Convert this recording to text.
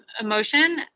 emotion